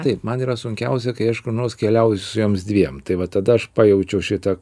taip man yra sunkiausia kai aš kur nors keliauju su joms dviem tai vat tada aš pajaučiu šitą